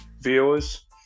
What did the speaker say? viewers